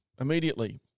immediately